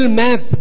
map